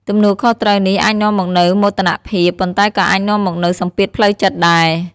ទំនួលខុសត្រូវនេះអាចនាំមកនូវមោទនភាព ប៉ុន្តែក៏អាចនាំមកនូវសម្ពាធផ្លូវចិត្តដែរ។